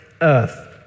Earth